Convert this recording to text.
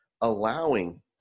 allowing